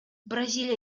бразилия